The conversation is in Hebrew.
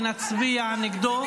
ונצביע נגדו,